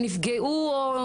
שנפגעו.